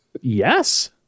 Yes